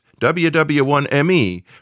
WW1ME